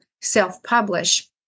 self-publish